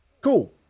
cool